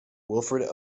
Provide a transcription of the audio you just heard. wilfred